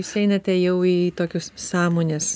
jūs einate jau į tokius sąmonės